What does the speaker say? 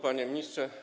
Panie Ministrze!